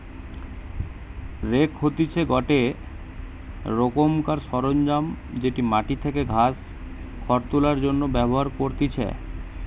rake হতিছে গটে রোকমকার সরঞ্জাম যেটি মাটি থেকে ঘাস, খড় তোলার জন্য ব্যবহার করতিছে